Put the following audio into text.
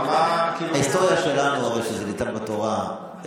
ההיסטוריה שלנו היא שהיא ניתנה בתורה,